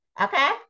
Okay